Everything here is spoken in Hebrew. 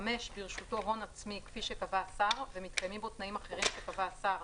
ברשותו הון עצמי כפי שקבע השר ומתקיימים בו תנאים אחרים שקבע השר,